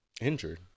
Injured